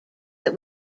that